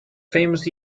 famous